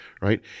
right